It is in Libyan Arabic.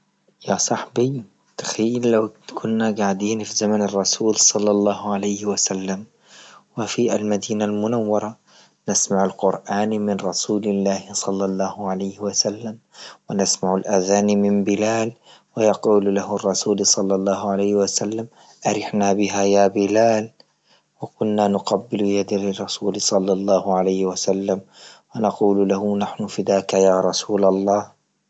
يا صاحبي تخيل لو كنا قاعدين في زمن الرسول صلى الله عليه وسلم، وفي المدينة المنورة نسمع القرآن من رسول الله صلى الله عليه وسلم ونسمع الاذان من بلال، ويقول له الرسول صلى الله عليه وسلم أرح بها يا بلال، وكنا نقبل يد الرسول صلى الله عليه وسلم ونقول له نحن فداك يا رسول الله.